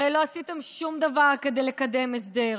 הרי לא עשיתם שום דבר כדי לקדם הסדר.